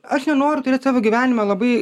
aš nenoriu turėt savo gyvenime labai